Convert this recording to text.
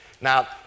Now